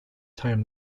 time